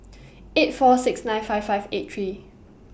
eight four six nine five five eight three